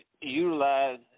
utilize